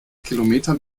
kilometern